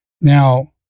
Now